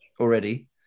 already